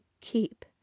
keep